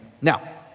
Now